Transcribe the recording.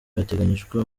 hateganyijwe